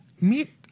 meet